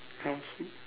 ya so